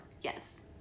yes